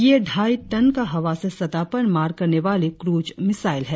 यह ढाई टन का हवा से सतह पर मार करने वाली क्रूज मिसाइल है